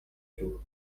sur